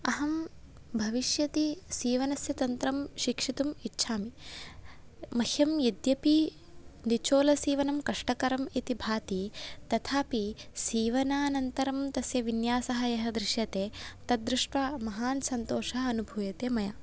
अहं भविष्यति सीवनस्य तन्त्रं शिक्षितुम् इच्छामि मह्यं यद्यपि निचोलसीवनं कष्टकरम् इति भाति तथापि सीवनानन्तरं तस्य विन्यासः यः दृश्यते तत् दृष्ट्वा महान् सन्तोषः अनुभूयते मया